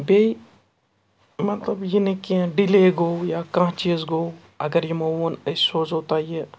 بیٚیہِ مطلب یہِ نہٕ کیٚنٛہہ ڈِلے گوٚو یا کانٛہہ چیٖز گوٚو اگر یِمو ووٚن أسۍ سوزو تۄہہِ یہِ